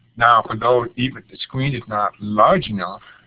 know if know if the screen is not large enough,